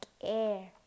air